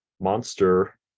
monster